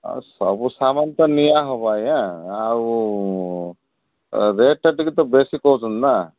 ସବୁ ସାମାନ ତ ନିଆ ହେବ ଆଜ୍ଞା ଆଉ ରେଟ୍'ଟା ଟିକେ ତ ବେଶୀ କହୁଛନ୍ତି ନା